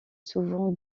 souvent